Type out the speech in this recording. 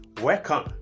Welcome